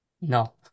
No